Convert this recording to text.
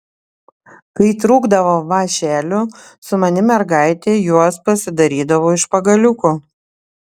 kai trūkdavo vąšelių sumani mergaitė juos pasidarydavo iš pagaliukų